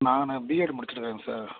நான் பிஎட் முடித்திருக்கேங்க சார்